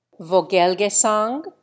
Vogelgesang